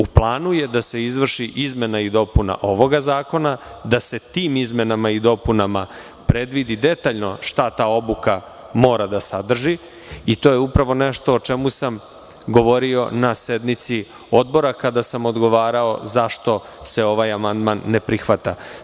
U planu je da se izvrši izmena i dopuna ovog zakona, da se tim izmenama i dopunama predvidi detaljno šta ta odluka mora da sadrži i to je nešto o čemu sam govorio na sednici odbora kada sam odgovarao zašto se ovaj amandman ne prihvata.